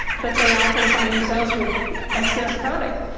but they often find themselves with excess product.